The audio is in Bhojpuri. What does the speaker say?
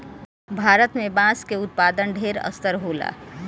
भारत में बांस के उत्पादन ढेर स्तर होला